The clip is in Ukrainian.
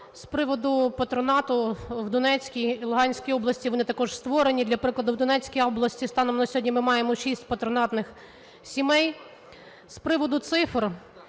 З приводу патронату в Донецькій і Луганській області. Вони також створені. Для прикладу, в Донецькій області станом на сьогодні ми маємо шість патронатних сімей. З приводу цифр.